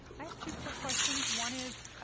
i have two quick questions. one is, ah,